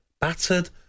battered